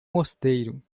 mosteiro